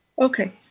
Okay